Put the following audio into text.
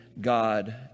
God